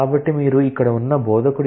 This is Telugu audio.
కాబట్టి మీరు ఇక్కడ ఉన్న బోధకుడు